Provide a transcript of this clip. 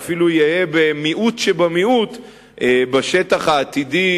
ואפילו יהא מיעוט שבמיעוט בשטח העתידי,